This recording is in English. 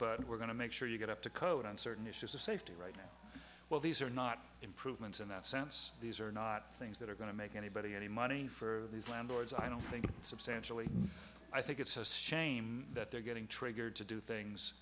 but we're going to make sure you get up to code on certain issues of safety right now well these are not improvements in that sense these are not things that are going to make anybody any money for these landlords i don't think it's substantially i think it's a shame that they're getting triggered to do things